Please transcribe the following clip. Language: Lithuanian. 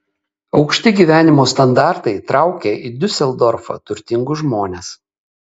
aukšti gyvenimo standartai traukia į diuseldorfą turtingus žmones